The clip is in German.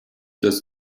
das